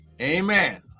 Amen